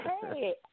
Hey